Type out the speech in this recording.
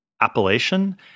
appellation